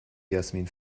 jasmin